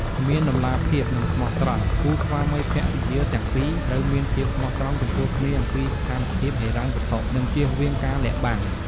មានតម្លាភាព និងស្មោះត្រង់ គូស្វាមីភរិយាទាំងពីរត្រូវមានភាពស្មោះត្រង់ចំពោះគ្នាអំពីស្ថានភាពហិរញ្ញវត្ថុ និងជៀសវាងការលាក់បាំង។